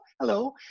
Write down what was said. hello